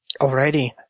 Alrighty